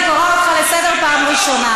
אני קוראת אותך לסדר פעם ראשונה.